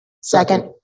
Second